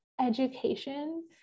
education